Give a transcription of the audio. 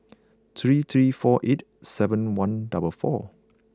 three three four eight seven one double four